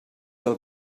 del